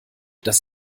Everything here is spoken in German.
das